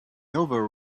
over